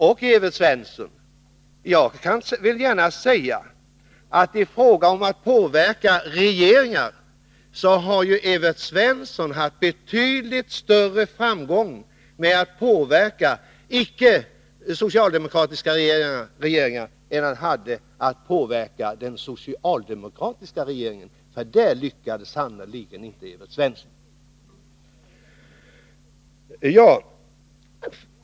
Jag vill gärna säga att Evert Svensson i fråga om att påverka regeringen har haft betydligt större framgång med att påverka icke-socialdemokratiska regeringar än han haft att påverka den socialdemokratiska regeringen. Där lyckades sannerligen inte Evert Svensson.